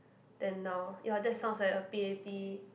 than now ya that sounds like a P_A_P